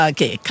Okay